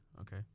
okay